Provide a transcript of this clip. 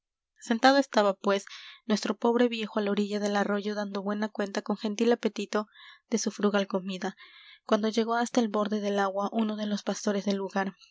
sentado estaba pues nuestro pobre viejo á la orilla del arroyo dando buena cuenta con gentil apetito de su frugal comida cuando llegó hasta el borde del agua uno de los pastores del lugar